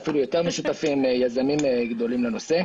ואפילו יותר משותפים יזמים גדולים בנושא.